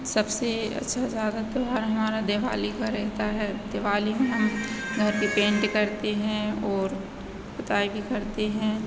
सबसे अच्छा ज़्यादा त्योहार हमारा दिवाली का रहता है दिवाली में हम घर भी पेंट करते हैं और पोताई भी करते हैं